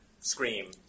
scream